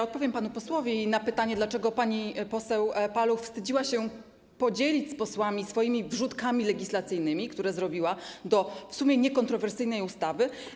Odpowiem panu posłowi na pytanie, dlaczego pani poseł Paluch wstydziła się podzielić z posłami swoimi wrzutkami legislacyjnymi, które zrobiła w przypadku w sumie niekontrowersyjnej ustawy.